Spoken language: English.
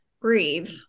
Breathe